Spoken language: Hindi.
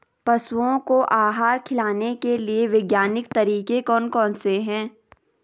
पशुओं को आहार खिलाने के लिए वैज्ञानिक तरीके कौन कौन से हैं?